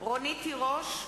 רונית תירוש,